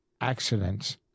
accidents